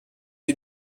sie